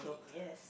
yes